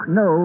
no